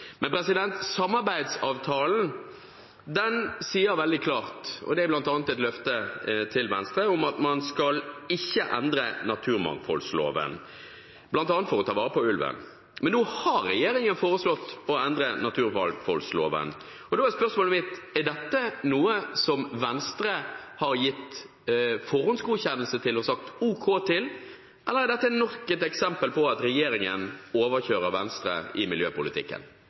Men samarbeidsavtalen sier veldig klart – og det er bl.a. et løfte til Venstre – at man ikke skal endre naturmangfoldloven, bl.a. for å ta vare på ulven. Men nå har regjeringen foreslått å endre naturmangfoldloven, og da er spørsmålet mitt: Er dette noe som Venstre har gitt forhåndsgodkjennelse til og sagt ok til? Eller er dette nok et eksempel på at regjeringen overkjører Venstre i miljøpolitikken?